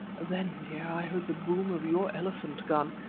then, dear, i heard the boom of your elephant gun,